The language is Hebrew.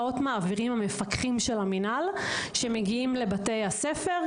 המפקחים של המינהל מעבירים את ההרצאות בבתי הספר,